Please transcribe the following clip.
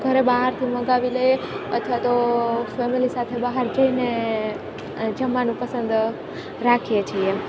ઘરે બહારથી મંગાવી લઈએ અથવા તો ફેમેલી સાથે બહાર જઈને જમવાનું પસંદ રાખીએ છીએ એમ